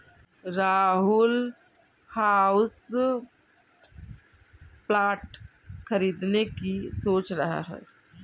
Rahul houseplant खरीदने की सोच रहा है